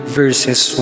verses